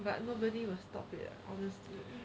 but nobody will stop it honestly